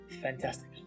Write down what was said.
Fantastic